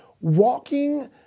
walking